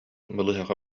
балыыһаҕа